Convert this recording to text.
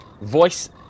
voice